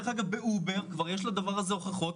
באובר יש לזה הוכחות.